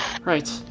Right